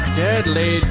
deadly